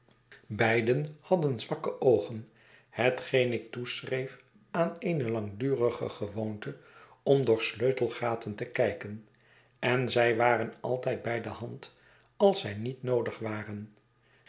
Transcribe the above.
beiden hadden zwakke oogen hetgeen ik toeschreef aan eene langdurige gewoonte om door sleutelgaten te kijken en zij waren altijd by de hand als zij niet noodig waren